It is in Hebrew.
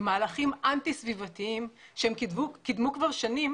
מהלכים אנטי סביבתיים שהם קידמו במשך שנים